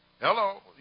Hello